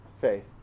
faith